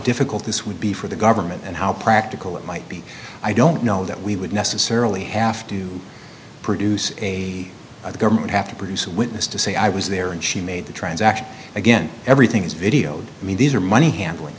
difficult this would be for the government and how practical it might be i don't know that we would necessarily have to produce a government have to produce a witness to say i was there and she made the transaction again everything is videoed me these are money handling